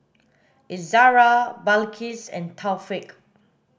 Izzara Balqis and Taufik